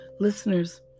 Listeners